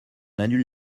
annule